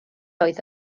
oedd